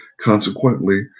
Consequently